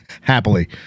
Happily